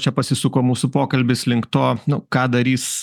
čia pasisuko mūsų pokalbis link to nu ką darys